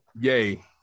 yay